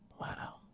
Wow